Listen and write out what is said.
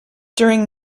during